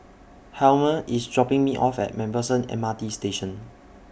Hjalmer IS dropping Me off At MacPherson M R T Station